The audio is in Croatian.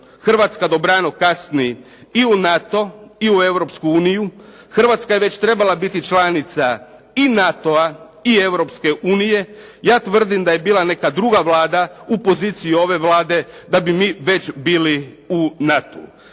Hrvatska dobrano kasni i u NATO i u Europsku uniju. Hrvatska je već trebala biti članica i NATO-a i Europske unije. Ja tvrdim da je bila neka druga Vlada u poziciji ove Vlade, da bi mi već bili u NATO-u.